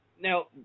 Now